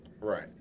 Right